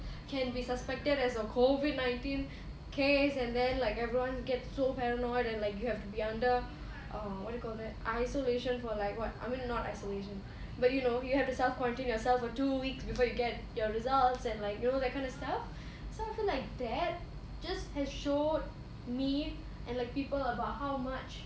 can be suspected as a COVID nineteen case and then like everyone gets so paranoid and like you have to be under err what you call that isolation for like what I mean not isolation but you know you have to self quarantine yourself for two weeks before you get your results and like you know that kind of stuff so I feel like that just has showed me and like people about how much